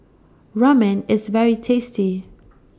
Ramen IS very tasty